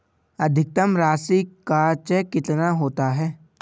अधिकतम राशि का चेक कितना होता है?